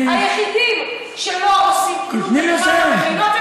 היחידים שלא עושים כלום ברמת המכינות,